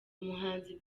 umuhanzi